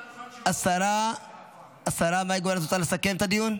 השרה מאי גולן, את רוצה לסכם את הדיון?